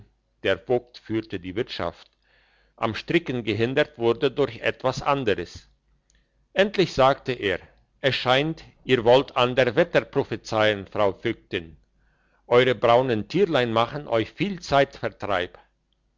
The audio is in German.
am stricken gehindert wurde durch etwas anderes endlich sagte er es scheint ihr wollt ander wetter prophezeien frau vögtin euere braunen tierlein machen euch viel zeitvertreib